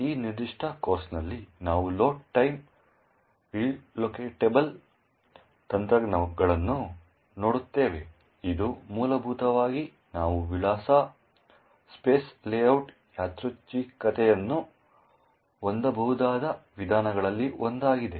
ಈ ನಿರ್ದಿಷ್ಟ ಕೋರ್ಸ್ನಲ್ಲಿ ನಾವು ಲೋಡ್ ಟೈಮ್ ರಿಲೊಕೇಟೇಬಲ್ ತಂತ್ರಗಳನ್ನು ನೋಡುತ್ತೇವೆ ಇದು ಮೂಲಭೂತವಾಗಿ ನಾವು ವಿಳಾಸ ಸ್ಪೇಸ್ ಲೇಔಟ್ ಯಾದೃಚ್ಛಿಕತೆಯನ್ನು ಹೊಂದಬಹುದಾದ ವಿಧಾನಗಳಲ್ಲಿ ಒಂದಾಗಿದೆ